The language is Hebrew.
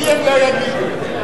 לי הם לא יגידו את זה.